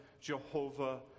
Jehovah